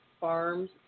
farms